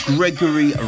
Gregory